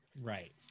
Right